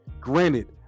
granted